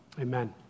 Amen